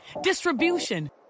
distribution